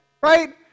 right